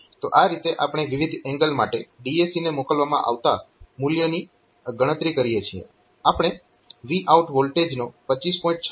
તો આ રીતે આપણે વિવિધ એંગલ માટે DAC ને મોકલવામાં આવતા મૂલ્યની ગણતરી કરીએ છીએ આપણે Vout વોલ્ટેજનો 25